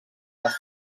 les